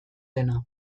dena